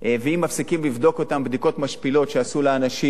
ואם מפסיקים לבדוק אותם בדיקות משפילות שעשו לאנשים,